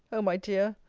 o my dear!